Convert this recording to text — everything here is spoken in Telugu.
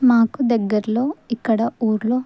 మాకు దగ్గరలో ఇక్కడ ఊరులో